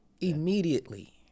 immediately